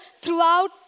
throughout